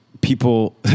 people